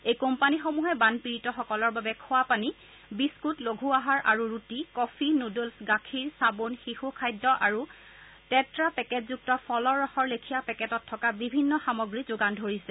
এই কোম্পানীসমূহে বানপীড়িত সকলৰ বাবে খোৱা পানী বিস্তুত লঘু আহাৰ আৰু ৰুটি কফি নুডলছ গাখীৰ চাবোন শিশু খাদ্য আৰু টেট্টা পেকেটযুক্ত ফলৰ ৰসৰ লেখিয়া পেকেটত থকা বিভিন্ন সামগ্ৰী যোগান ধৰিছে